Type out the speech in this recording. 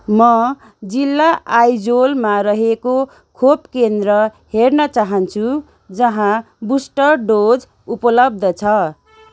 म जिल्ला आइजोलमा रहेको खोप केन्द्र हेर्न चाहन्छु जहाँ बुस्टर डोज उपलब्ध छ